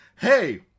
hey